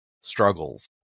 struggles